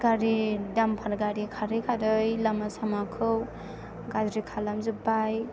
गारि डाम्फार गारि खारै खारै लामा सामाखौ गाज्रि खालामजोब्बाय